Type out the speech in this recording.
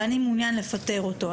ואני מעוניין לפטר אותו,